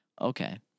Okay